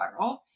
viral